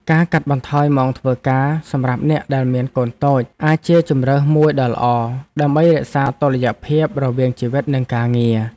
ការកាត់បន្ថយម៉ោងធ្វើការសម្រាប់អ្នកដែលមានកូនតូចអាចជាជម្រើសមួយដ៏ល្អ ដើម្បីរក្សាតុល្យភាពរវាងជីវិតនិងការងារ។